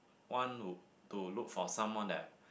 want to to look for someone that I